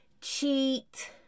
cheat